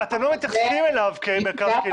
אתם לא מתייחסים אליו כאל מרכז קהילתי.